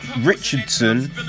Richardson